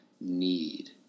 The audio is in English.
need